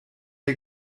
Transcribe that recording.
der